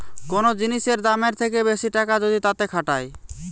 কোন জিনিসের দামের থেকে বেশি টাকা যদি তাতে খাটায়